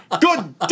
Good